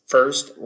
First